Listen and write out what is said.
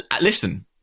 Listen